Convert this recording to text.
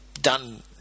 done